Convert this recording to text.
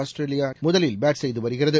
ஆஸ்திரேலியாமுதலில் bat செய்துவருகிறது